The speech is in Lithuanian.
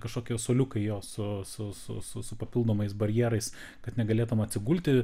kažkokie suoliukai jo su su su su papildomais barjerais kad negalėtum atsigulti